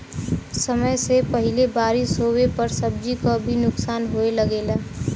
समय से पहिले बारिस होवे पर सब्जी क भी नुकसान होये लगला